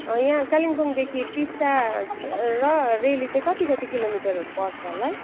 या कालिम्पोङदेखि टिस्टा र रेली चाहिँ कति कति किलोमिटरहरू पर्छ होला है